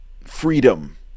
freedom